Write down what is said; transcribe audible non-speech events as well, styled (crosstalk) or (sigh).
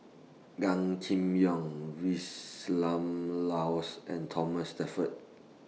Gan Kim Yong (unintelligible) Laus and Thomas Shelford